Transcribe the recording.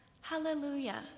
Hallelujah